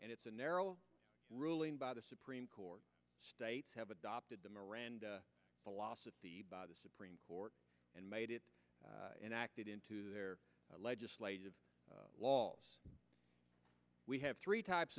and it's a narrow ruling by the supreme court states have adopted the miranda philosophy the supreme court and made it enact it into their legislative laws we have three types